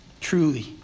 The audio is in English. truly